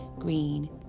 green